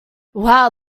wow